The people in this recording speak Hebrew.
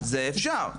זה אפשר,